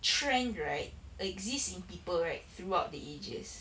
trend right exist in people right throughout the ages